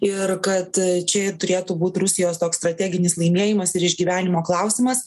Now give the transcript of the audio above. ir kad čia turėtų būt rusijos toks strateginis laimėjimas ir išgyvenimo klausimas